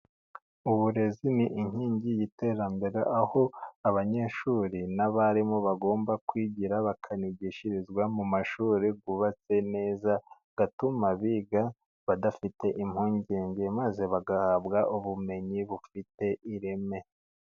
Uburezi ni inkingi y'iterambere ,aho abanyeshuri n'abarimu bagomba kwigira, bakanigishirizwa mu mashuri yubatse neza atuma biga badafite impungenge, maze bagahabwa ubumenyi bufite ireme.